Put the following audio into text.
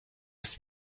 ist